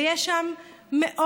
ויש שם מאות,